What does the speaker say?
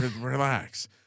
Relax